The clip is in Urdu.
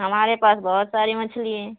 ہمارے پاس بہت ساری مچھلی ہیں